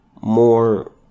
more